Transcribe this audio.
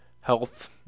health